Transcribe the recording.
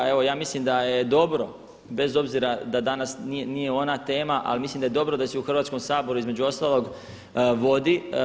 Evo ja mislim da je dobro bez obzira da danas nije ona tema, ali mislim da je dobro da se i u Hrvatskom saboru između ostalog vodi.